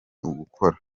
ugukora